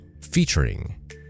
featuring